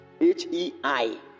H-E-I